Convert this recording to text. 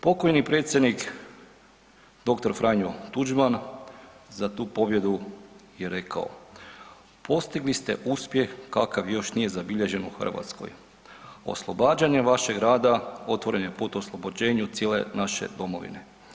Pokojni predsjednik doktor Franjo Tuđman za tu pobjedu je rekao „postigli ste uspjeh kakav još nije zabilježen u Hrvatskoj, oslobađanje vašeg rada otvoren je put oslobođenju cijel naše domovine“